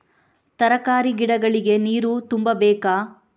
ತರಕಾರಿ ಗಿಡಗಳಿಗೆ ನೀರು ತುಂಬಬೇಕಾ?